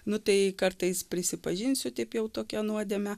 nu tai kartais prisipažinsiu taip jau tokią nuodėmę